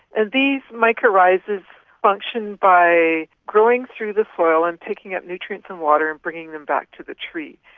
and these mycorrhizae function by growing through the soil and picking up nutrients and water and bring them back to the tree.